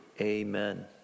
Amen